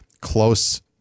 close